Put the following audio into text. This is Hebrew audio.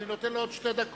אני נותן לו עוד שתי דקות.